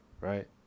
Right